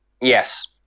Yes